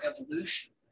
evolution